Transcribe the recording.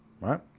right